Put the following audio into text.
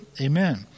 Amen